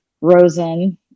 Rosen